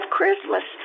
Christmas